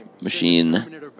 machine